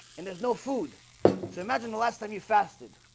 and there's no food so imagine the last time you fasted,